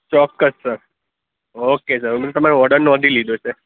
ચોક્કસ sir okay sir અમે તમારો ઓર્ડર નોંધી લીધો છે